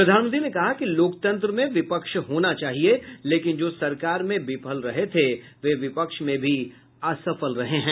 प्रधानमंत्री ने कहा कि लोकतंत्र में विपक्ष होना चाहिए लेकिन जो सरकार में विफल रहे थे वे विपक्ष में भी असफल रहे हैं